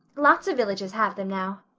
lots of villages have them now.